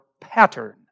pattern